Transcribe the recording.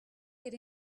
get